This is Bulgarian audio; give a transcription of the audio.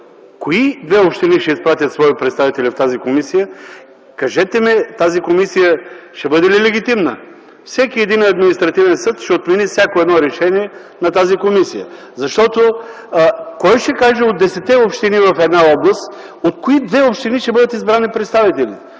кои две общини ще изпратят свои представители в тази комисия, кажете ми – тази комисия ще бъде ли легитимна? Всеки един административен съд ще отмени всяко едно решение на тази комисия. Защото от десетте общини в една област кой ще каже от кои две общини ще бъдат избрани представители?!